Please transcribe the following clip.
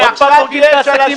עוד פעם הורגים את העסקים פה.